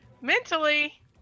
mentally